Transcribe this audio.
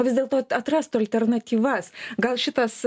vis dėl to atrastų alternatyvas gal šitas